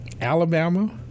Alabama